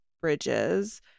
bridges